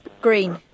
green